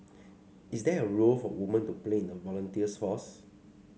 is there a role for women to play in the volunteers force